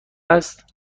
است